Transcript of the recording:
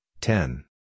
ten